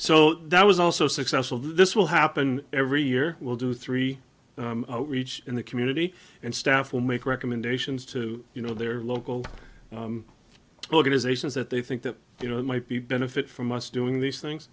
so that was also successful this will happen every year we'll do three each in the community and staff will make recommendations to you know their local organizations that they think that you know might be benefit from us doing these things